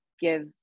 give